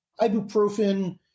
ibuprofen